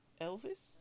Elvis